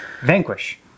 Vanquish